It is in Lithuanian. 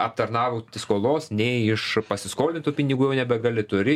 aptarnaut skolos ne iš pasiskolintų pinigų jau nebegali turi